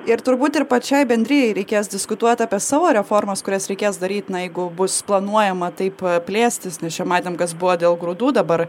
ir turbūt ir pačiai bendrijai reikės diskutuot apie savo reformas kurias reikės daryt na jeigu bus planuojama taip plėstis nes čia matėm kas buvo dėl grūdų dabar